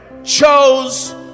Chose